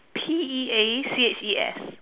P E A C H E S